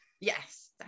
Yes